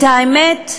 את האמת,